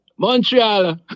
Montreal